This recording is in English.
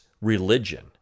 religion